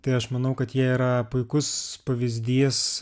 tai aš manau kad jie yra puikus pavyzdys